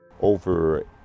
Over